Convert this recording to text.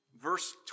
verse